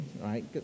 right